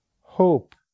hope